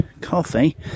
coffee